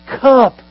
cup